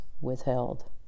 withheld